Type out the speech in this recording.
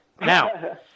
Now